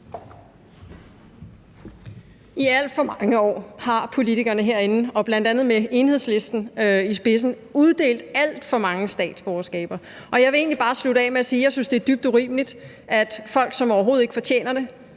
I alt for mange år har politikerne herinde – og bl.a. med Enhedslisten i spidsen – uddelt alt for mange statsborgerskaber. Og jeg vil egentlig bare slutte af med at sige: Jeg synes, det er dybt urimeligt, at folk, som overhovedet ikke fortjener det,